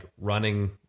running